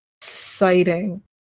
exciting